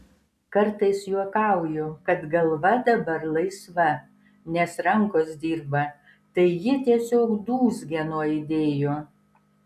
kartais juokauju kad galva dabar laisva nes rankos dirba tai ji tiesiog dūzgia nuo idėjų